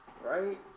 Right